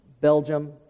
Belgium